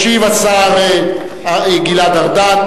ישיב השר גלעד ארדן.